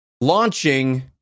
launching